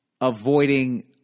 avoiding